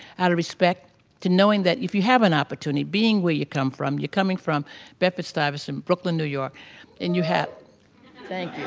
out of respect to knowing that if you have an opportunity, being where you come from. you're coming from bedford stuyvesant, brooklyn, new york and you have thank